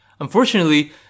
Unfortunately